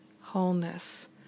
wholeness